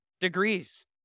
degrees